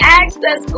access